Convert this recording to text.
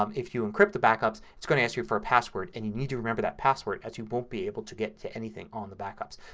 um if you encrypt the backup it's going to ask you for a password and you need to remember that password as you won't be able to get into anything on the backup.